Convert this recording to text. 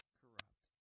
corrupt